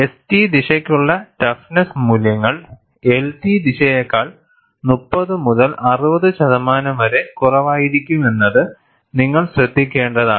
ST ദിശയ്ക്കുള്ള toughness മൂല്യങ്ങൾ LT ദിശയേക്കാൾ 30 മുതൽ 60 ശതമാനം വരെ കുറവായിരിക്കുമെന്നത് നിങ്ങൾ ശ്രദ്ധിക്കേണ്ടതാണ്